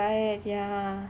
right ya